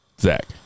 Zach